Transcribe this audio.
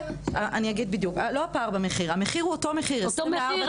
גם ממציאים לנו מוצרים שלא באמת צריך אותם רק